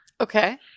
okay